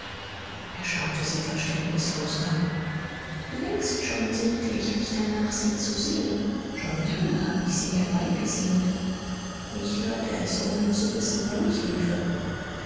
er schaute sie verständnislos an längst schon sehnte ich mich danach sie zu sehen schon lange habe ich sie herbeigesehnt ich hörte es ohne zu wissen wer mich riefe